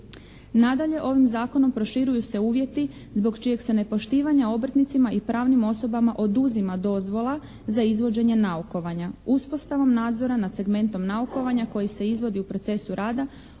Nadalje ovim Zakonom proširuju se uvjeti zbog čijeg se nepoštivanja obrtnicima i pravnim osobama oduzima dozvola za izvođenje naukovanja. Uspostavom nadzora nad segmentom naukovanja koji se izvodi u procesu rada